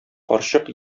карчык